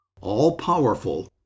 all-powerful